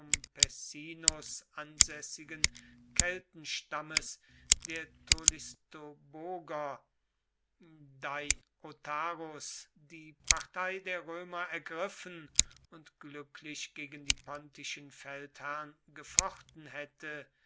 pessinus ansässigen keltenstammes der tolistoboger deiotarus die partei der römer ergriffen und glücklich gegen die pontischen feldherrn gefochten hätte